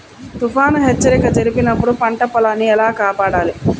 తుఫాను హెచ్చరిక జరిపినప్పుడు పంట పొలాన్ని ఎలా కాపాడాలి?